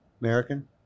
American